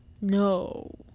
No